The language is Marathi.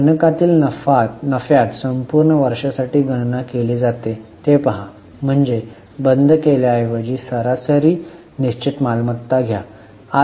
गणकातील नफ्यात संपूर्ण वर्षासाठी गणना केली जाते ते पहा म्हणजे बंद केल्या ऐवजी सरासरी निश्चित मालमत्ता घ्या